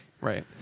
Right